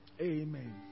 Amen